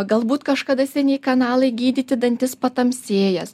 galbūt kažkada seniai kanalai gydyti dantis patamsėjęs